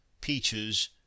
peaches